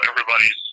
everybody's